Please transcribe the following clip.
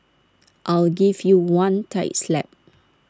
I'll give you one tight slap